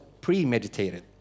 premeditated